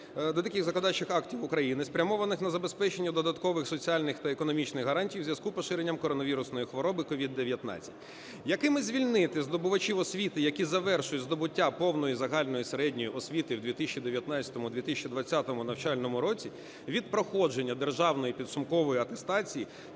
до деяких законодавчих актів України, спрямованих на забезпечення додаткових соціальних та економічних гарантій у зв'язку з поширенням коронавірусної хвороби (COVID-19)", якими звільнити здобувачів освіти, які завершують здобуття повної загальної середньої освіти в 2019-2020 навчальному році від проходження державної підсумкової атестації